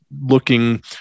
looking